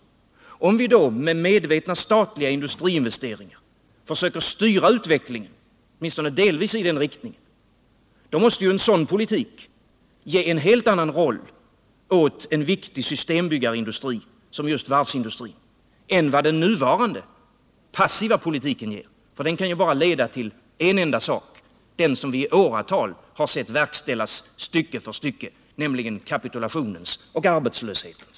Om vi med medvetna statliga industriinvesteringar försöker styra utvecklingen åtminstone delvis i den riktningen, då måste en sådan politik ge en helt annan roll åt en så viktig systembyggarindustri som just varvsindustrin än vad den nuvarande passiva politiken ger. Den kan ju bara leda till en enda sak, den som vi i åratal har sett verkställas stycke för stycke, nämligen kapitulationens och arbetslöshetens.